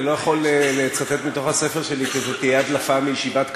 אני לא יכול לצטט מתוך הספר שלי כי זו תהיה הדלפה מישיבת קבינט,